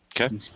Okay